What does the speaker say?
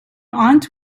aunt